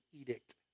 edict